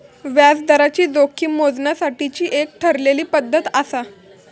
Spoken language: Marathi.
व्याजदराची जोखीम मोजण्यासाठीची एक ठरलेली पद्धत आसा